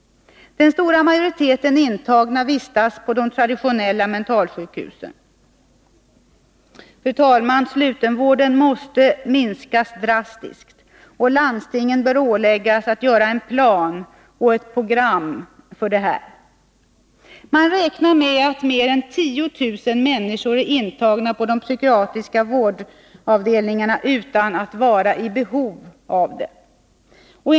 Den stora majoriteten intagna vistas på de traditionella mentalsjukhusen. Fru talman! Den slutna vården måste minskas drastiskt. Landstingen bör åläggas att göra upp en plan och ett program för detta. Man räknar med att mer än 10 000 människor är intagna på de psykiatriska vårdavdelningarna utan att vara i behov av vård.